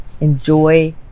Enjoy